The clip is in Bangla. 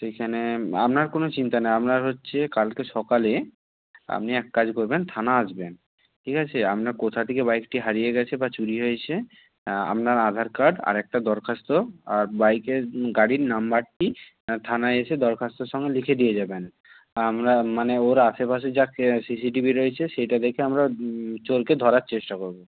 সেখানে আপনার কোনো চিন্তা নেই আপনার হচ্ছে কালকে সকালে আপনি এক কাজ করবেন থানা আসবেন ঠিক আছে আপনার কোথা থেকে বাইকটি হারিয়ে গেছে বা চুরি হয়েছে আপনার আধার কার্ড আর একটা দরখাস্ত আর বাইকের গাড়ির নাম্বারটি থানায় এসে দরখাস্ত সমেত লিখে দিয়ে যাবেন আমরা মানে ওর আশেপাশে যা সি সি টি ভি রয়েছে সেটা দেখে আমরা চোরকে ধরার চেষ্টা করব